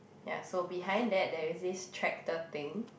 ya so behind that there is this tractor thing